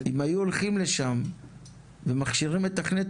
אם היו הולכים לשם ומכשירים מתכנת,